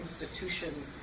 institution